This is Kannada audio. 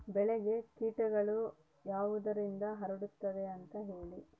ಬೆಳೆಗೆ ಕೇಟಗಳು ಯಾವುದರಿಂದ ಹರಡುತ್ತದೆ ಅಂತಾ ಹೇಳಿ?